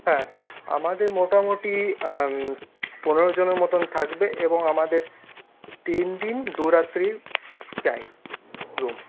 হ্যাঁ আমাদের মোটামুটি পনেরোজনের মতো থাকবে এবং আমাদের তিনদিন দু রাতের চাই রুম